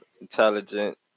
intelligent